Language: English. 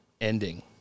ending